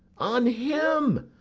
on him,